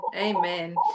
Amen